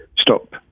stop